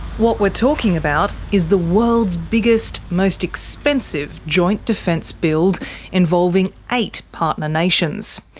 what we're talking about is the world's biggest, most expensive, joint defence build involving eight partner nations.